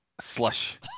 slush